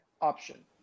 option